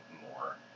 more